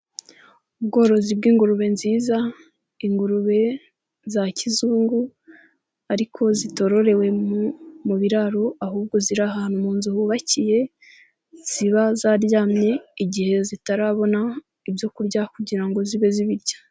Ubworozi bw'ingurube nziza, ingurube za kizungu ariko zitororewe mu biraro ahubwo ziri ahantu mu nzu hubakiye, ziba zaryamye, igihe zitarabona ibyo kurya kugira ngo zibe zibirya.